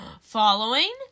Following